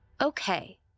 Okay